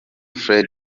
fred